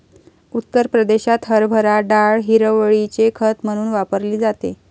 उत्तर प्रदेशात हरभरा डाळ हिरवळीचे खत म्हणून वापरली जाते